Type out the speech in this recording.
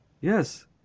Yes